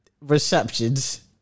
receptions